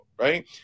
right